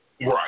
Right